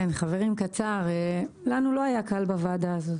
חברים, לנו לא היה קל בוועדה הזאת.